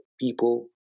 people